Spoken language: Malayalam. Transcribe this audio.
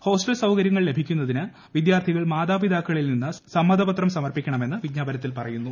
ഹോസ്റ്റൽ സൌകര്യങ്ങൾ ലീഭിക്കുന്നതിന് വിദ്യാർത്ഥികൾ മാതാപിതാക്കളിൽ നീന്ന് സമ്മതപത്രം സമർപ്പിക്കണമെന്ന് വിജ്ഞാപന്ത്തിൽ പറയുന്നു